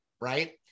right